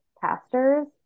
pastors